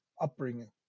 upbringing